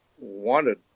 wanted